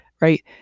right